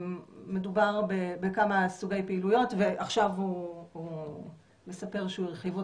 מדובר בכמה סוגי פעילויות ועכשיו הוא מספר שהוא הרחיב אותן,